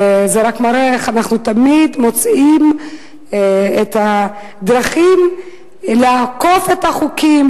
זה רק מראה איך אנחנו תמיד מוצאים את הדרכים לעקוף את החוקים,